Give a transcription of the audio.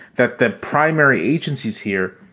that the primary agencies here,